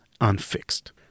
unfixed